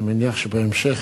אני מניח שבהמשך